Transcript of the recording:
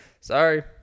sorry